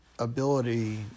ability